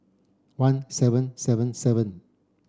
one seven seven seven